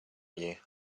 you